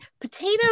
Potatoes